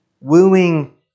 wooing